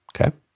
okay